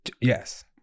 Yes